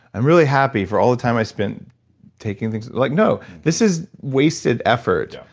i'm really happy for all the time i spent taking things, like no. this is wasted effort,